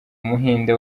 umuhinde